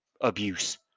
abuse